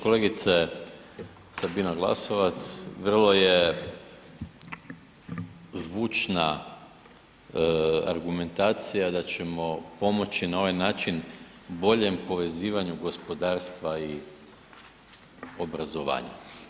Kolegice Sabina Glasovac, vrlo je zvučna argumentacija da ćemo pomoći na ovaj način boljem povezivanju gospodarstva i obrazovanja.